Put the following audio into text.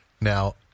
Now